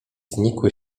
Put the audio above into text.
znikły